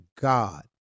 God